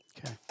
Okay